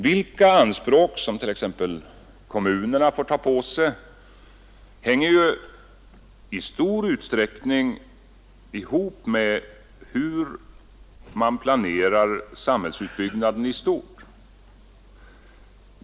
Vilka anspråk som t.ex. kommunerna får ta på sig hänger ju i stor utsträckning ihop med hur man planerar samhällsutbyggnaden i stort.